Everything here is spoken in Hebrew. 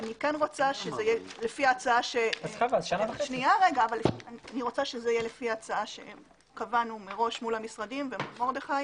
אני רוצה שזה יהיה לפי ההצעה שקבענו מראש מול המשרדים ומול המנכ"ל